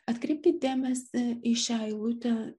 atkreipkit dėmesį į šią eilutę